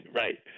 right